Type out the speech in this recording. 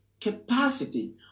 capacity